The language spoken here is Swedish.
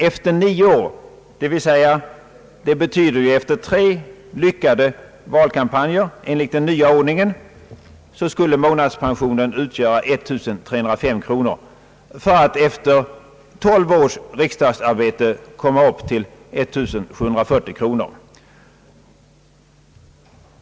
Efter nio år dvs., efter tre lyckade valkampanjer enligt den nya ordningen, skulle månadspensionen utgöra 1305 kronor för att efter 12 års riksdagsarbete komma upp i 1740 kronor.